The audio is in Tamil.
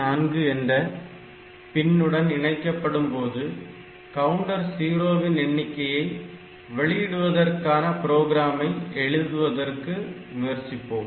4 என்ற பின் உடன் இணைக்கப்படும்போது கவுண்டர் 0 வின் எண்ணிக்கையை வெளியிடுவதற்கான ப்ரோக்ராமை எழுதுவதற்கு முயற்சிப்போம்